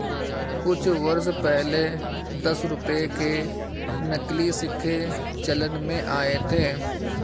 कुछ वर्ष पहले दस रुपये के नकली सिक्के चलन में आये थे